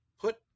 put